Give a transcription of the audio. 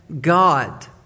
God